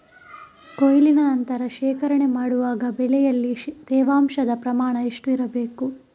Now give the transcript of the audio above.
ಕೊಯ್ಲಿನ ನಂತರ ಶೇಖರಣೆ ಮಾಡುವಾಗ ಬೆಳೆಯಲ್ಲಿ ತೇವಾಂಶದ ಪ್ರಮಾಣ ಎಷ್ಟು ಇರಬೇಕು?